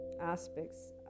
aspects